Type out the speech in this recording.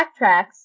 backtracks